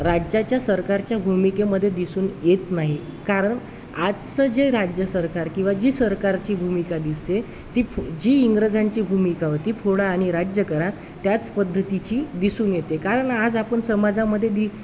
राज्याच्या सरकारच्या भूमिकेमध्ये दिसून येत नाही कारण आजचं जे राज्य सरकार किंवा जी सरकारची भूमिका दिसते ती जी इंग्रजांची भूमिका होती फोडा आणि राज्य करा त्याच पद्धतीची दिसून येते कारण आज आपण समाजामध्ये दि